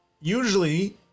usually